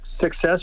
success